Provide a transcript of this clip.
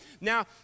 Now